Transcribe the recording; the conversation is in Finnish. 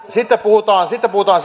sitten puhutaan sitten puhutaan